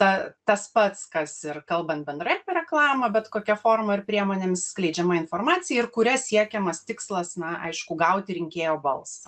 ta tas pats kas ir kalbant bendrai apie reklamą bet kokia forma ir priemonėmis skleidžiama informacija ir kuria siekiamas tikslas na aišku gauti rinkėjo balsą